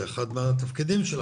זה אחד מהתפקידים שלנו.